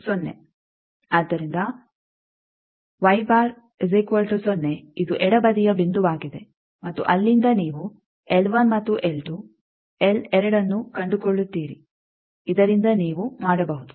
ಆದ್ದರಿಂದ ಇದು ಎಡಬದಿಯ ಬಿಂದುವಾಗಿದೆ ಮತ್ತು ಅಲ್ಲಿಂದ ನೀವು ಮತ್ತು ಎಲ್ ಎರಡು ಅನ್ನು ಕಂಡುಕೊಳ್ಳುತ್ತೀರಿ ಇದರಿಂದ ನೀವು ಮಾಡಬಹುದು